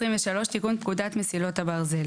תיקון פקודת מסילות הברזל